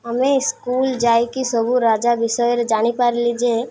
ଆମେ ସ୍କୁଲ ଯାଇକି ସବୁ ରାଜା ବିଷୟରେ ଜାଣିପାରିଲି ଯେ